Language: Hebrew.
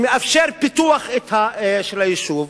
שמאפשרות פיתוח של היישוב,